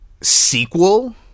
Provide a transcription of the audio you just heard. sequel